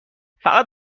فقط